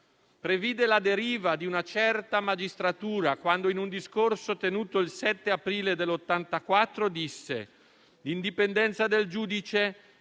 Previde la deriva di una certa magistratura quando in un discorso tenuto il 7 aprile del 1984 disse: «L'indipendenza del giudice